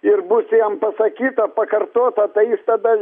ir bus jam pasakyta pakartota tai jis tada